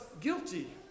guilty